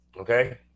okay